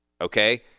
Okay